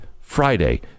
Friday